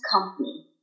company